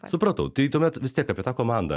supratau tai tuomet vis tiek apie tą komandą